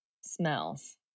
smells